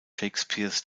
shakespeares